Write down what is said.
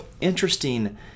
interesting